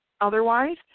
otherwise